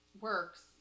works